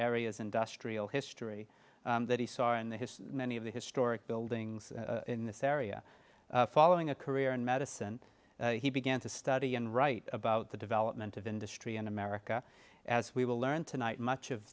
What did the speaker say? area's industrial history that he saw and the his many of the historic buildings in this area following a career in medicine he began to study and write about the development of industry in america as we will learn tonight much of